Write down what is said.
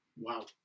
Wow